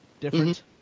different